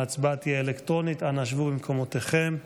ההצבעה תהיה אלקטרונית, אנא שבו במקומותיכם.